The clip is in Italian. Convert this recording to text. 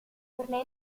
tornei